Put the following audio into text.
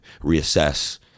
reassess